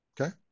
Okay